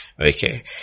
Okay